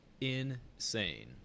Insane